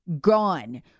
gone